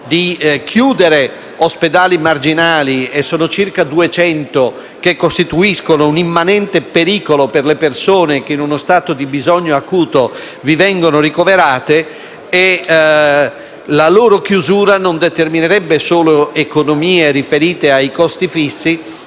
territori ospedali marginali - sono circa 200 - che costituiscono un'immanente pericolo per le persone che, in uno stato di bisogno acuto, vi vengono ricoverate. La loro chiusura non determinerebbe solo economie riferite ai costi fissi,